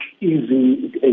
easy